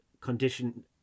condition